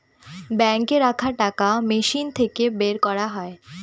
বাঙ্কে রাখা টাকা মেশিন থাকে বের করা যায়